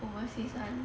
overseas [one]